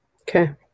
okay